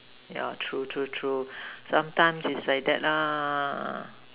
yeah true true true sometimes is like that lah